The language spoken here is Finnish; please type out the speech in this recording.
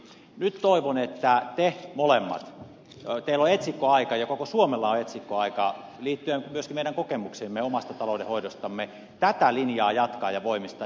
nyt toivon että te molemmat teillä on etsikkoaika ja koko suomella on etsikkoaika liittyen myöskin meidän kokemukseemme omasta taloudenhoidostamme tätä linjaa jatkatte ja voimistatte